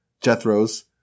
Jethro's